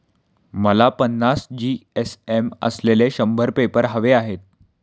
मला पन्नास जी.एस.एम असलेले शंभर पेपर हवे आहेत